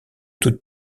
toutes